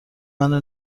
منو